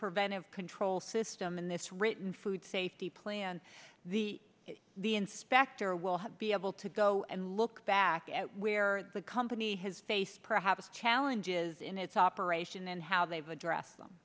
preventive control system in this written food safety plan the the inspector will have be able to go and look back at where the company has faced perhaps challenges in its operation and how they've addressed them